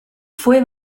fue